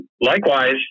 Likewise